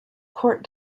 court